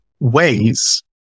ways